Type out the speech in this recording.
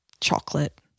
chocolate